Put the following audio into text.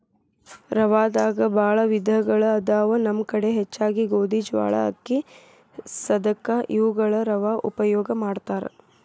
ರವಾದಾಗ ಬಾಳ ವಿಧಗಳು ಅದಾವ ನಮ್ಮ ಕಡೆ ಹೆಚ್ಚಾಗಿ ಗೋಧಿ, ಜ್ವಾಳಾ, ಅಕ್ಕಿ, ಸದಕಾ ಇವುಗಳ ರವಾ ಉಪಯೋಗ ಮಾಡತಾರ